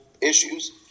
issues